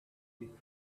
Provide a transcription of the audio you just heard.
the